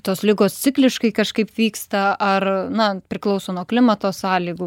tos ligos cikliškai kažkaip vyksta ar na priklauso nuo klimato sąlygų